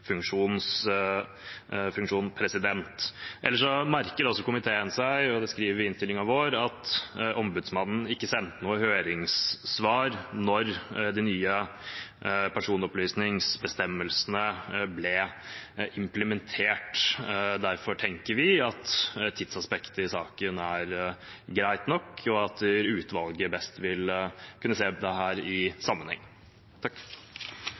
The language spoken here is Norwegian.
Ellers merker også komiteen seg – og det skriver vi i innstillingen vår – at ombudsmannen ikke sendte noe høringssvar da de nye personopplysningsbestemmelsene ble implementert. Derfor tenker vi at tidsaspektet i saken er greit nok, og at utvalget best vil kunne se dette i